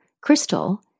Crystal